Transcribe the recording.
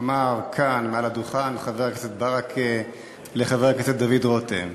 אמר כאן מעל הדוכן חבר הכנסת ברכה לחבר הכנסת דוד רותם,